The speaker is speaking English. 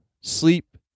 sleep